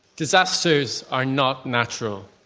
disasters are not natural.